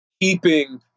keeping